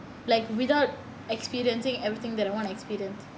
like without experiencing everything that I want to experience